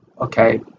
okay